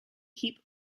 heap